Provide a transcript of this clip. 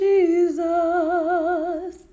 Jesus